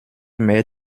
mehr